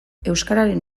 euskararen